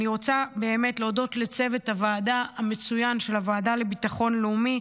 אני רוצה להודות לצוות הוועדה המצוין של הוועדה לביטחון לאומי,